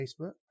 Facebook